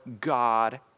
God